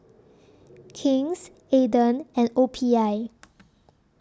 King's Aden and O P I